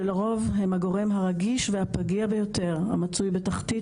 שלרוב הם הגורם הרגיש והפגיע ביותר המצוי בתחתית